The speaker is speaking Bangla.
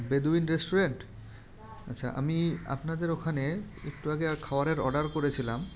বেদুইন রেস্টুরেন্ট আচ্ছা আমি আপনাদের ওখানে একটু আগে এক খাবারের অর্ডার করেছিলাম